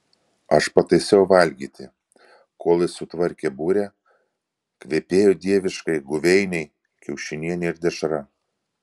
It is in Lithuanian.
aš pataisiau valgyti kol jis sutvarkė burę kvepėjo dieviškai guveiniai kiaušinienė ir dešra